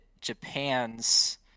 Japan's